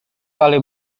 kali